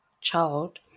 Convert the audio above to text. child